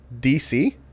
dc